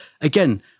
Again